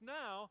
now